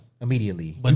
Immediately